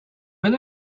will